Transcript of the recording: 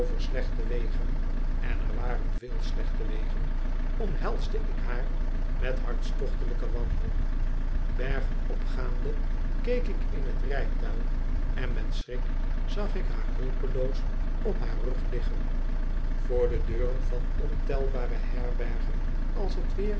slechte wegen en er waren veel slechte wegen omhelsde ik haar met hartstochtelijke wanhoop bergen opgaande keek ik in t rijtuig en met schrik zag ik haar hulpeloos op haar rug liggen voor de deuren van ontelbare herbergen als t weer